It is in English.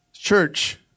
Church